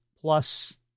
plus